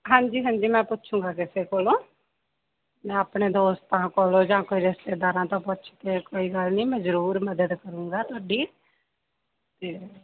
ਹਾਂਜੀ ਹਾਂਜੀ ਮੈਂ ਪੁੱਛੂਗਾ ਕਿਸੇ ਕੋਲੋਂ ਮੈਂ ਆਪਣੇ ਦੋਸਤਾਂ ਕੋਲੋਂ ਜਾਂ ਕੋਈ ਰਿਸ਼ਤੇਦਾਰਾਂ ਤੋਂ ਪੁੱਛ ਕੇ ਕੋਈ ਗੱਲ ਨਹੀਂ ਮੈਂ ਜ਼ਰੂਰ ਮਦਦ ਕਰੂੰਗਾ ਤੁਹਾਡੀ ਅਤੇ